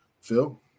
Phil